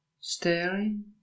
Staring